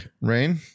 Rain